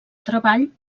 treball